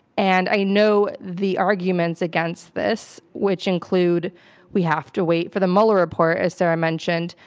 and i know the arguments against this, which include we have to wait for the mueller report, as sarah mentioned.